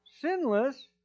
sinless